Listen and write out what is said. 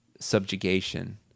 subjugation